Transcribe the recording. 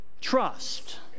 trust